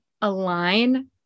align